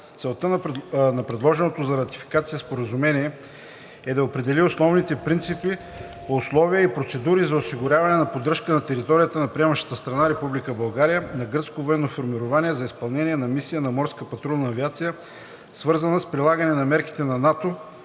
Целта на предложеното за ратификация Споразумение е да определи основните принципи, условия и процедури за осигуряване на поддръжка на територията на приемащата страна – Република България – на гръцко военно формирование за изпълнение на мисия на Морската патрулна авиация, свързана с прилагане на мерките на НАТО